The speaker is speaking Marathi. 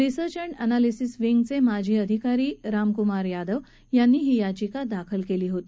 रिसर्च अँड अँनालिसीस विंगचमाजी अधिकारी रामक्रमार यादव यांनी ही याचिका दाखल कली होती